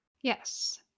Yes